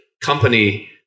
company